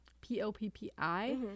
P-O-P-P-I